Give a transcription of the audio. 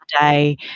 day